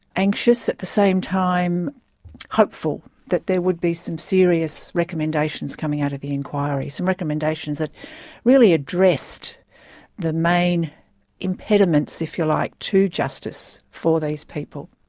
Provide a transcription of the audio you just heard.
anxious, at the same time hopeful that there would be some serious recommendations coming out of the inquiry, some recommendations that really addressed the main impediments, if you like, to justice for these people.